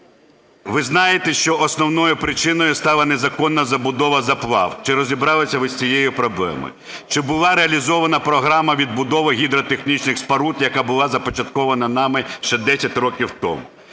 Ви знаєте, що основною причиною стала незаконна забудова заплав, чи розібралися ви з цією проблемою? Чи була реалізована програма відбудови гідротехнічних споруд, яка була започаткована нами ще 10 років тому?